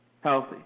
healthy